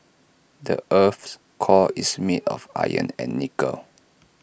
the Earth's core is made of iron and nickel